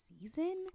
season